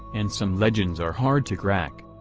and some legends are hard to crack.